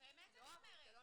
באמת אני אומרת,